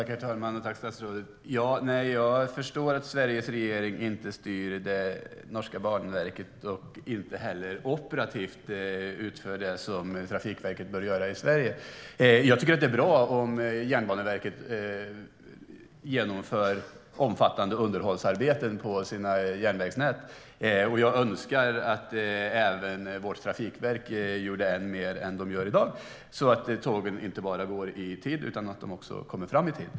Herr talman! Tack, statsrådet! Jag förstår att Sveriges regering inte styr det norska banverket och inte heller operativt utför det som Trafikverket bör göra i Sverige. Jag tycker att det är bra om Jernbaneverket genomför omfattande underhållsarbeten på sina järnvägsnät, och jag önskar att även Trafikverket gjorde ännu mer än vad de gör i dag så att tågen inte bara går i tid utan också kommer fram i tid.